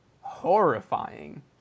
horrifying